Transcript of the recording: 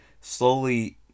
slowly